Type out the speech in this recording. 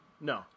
No